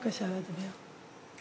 בבקשה להצביע.